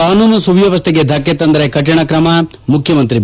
ಕಾನೂನು ಸುವ್ಯವಸ್ಥೆಗೆ ಧಕ್ಕೆತಂದರೆ ಕರಿಣ ಕ್ರಮ ಮುಖ್ಯಮಂತ್ರಿ ಬಿ